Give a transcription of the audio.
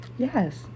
yes